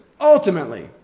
ultimately